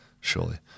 Surely